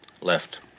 left